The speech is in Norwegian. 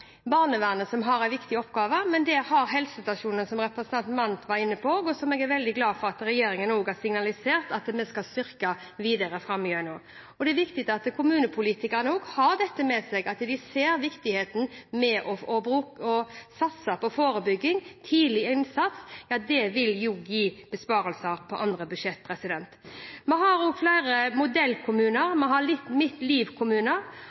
barnevernet som har en viktig oppgave, men også helsestasjonene – som representanten Mandt var inne på – og som jeg er veldig glad for at regjeringen har signalisert at vi skal styrke videre framover. Det er viktig at kommunepolitikerne også har dette med seg – at de ser viktigheten av å satse på forebygging og tidlig innsats. Det vil også gi besparelser på andre budsjetter. Vi har også flere modellkommuner. Vi har «Mitt Liv»-kommuner. Når jeg har vært ute og